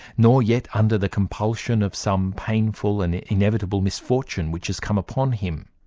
nor yet under the compulsion of some painful and inevitable misfortune which has come upon him,